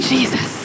Jesus